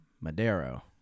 Madero